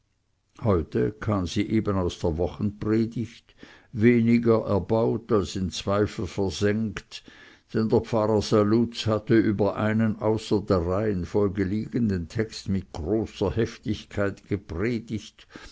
heute kam sie eben aus der wochenpredigt weniger erbaut als in zweifel versenkt denn der pfarrer saluz hatte über einen außer der reihenfolge liegenden text mit großer heftigkeit gepredigt